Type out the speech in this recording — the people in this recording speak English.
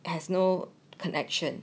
it has no connection